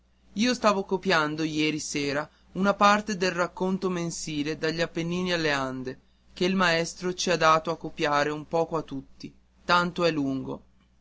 io stavo copiando ieri sera una parte del racconto mensile dagli appennini alle ande che il maestro ci ha dato a copiare un poco a tutti tanto è lungo